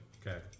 Okay